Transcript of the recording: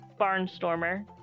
Barnstormer